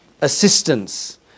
assistance